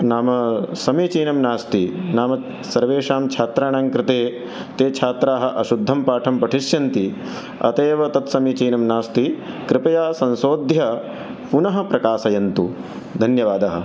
नाम समीचीनं नास्ति नाम सर्वेषां छात्राणां कृते ते छात्राः अशुद्धं पाठं पठिष्यन्ति अतः एव तत्समीचीनं नास्ति कृपया संशोध्य पुनः प्रकाशयन्तु धन्यवादः